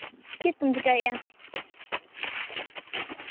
ᱪᱮᱫ ᱠᱚᱢ ᱪᱮᱠᱟᱭᱮᱜᱼᱟ